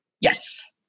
Yes